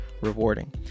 rewarding